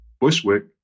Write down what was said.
Bushwick